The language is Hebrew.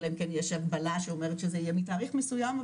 אלא אם כן יש הגבלה שזה אומר שזה יהיה מתאריך מסוים,